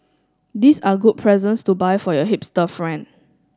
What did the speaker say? these are good presents to buy for your hipster friend